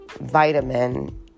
vitamin